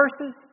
verses